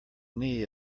knee